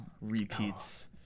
repeats